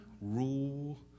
rule